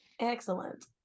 Excellent